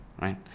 Right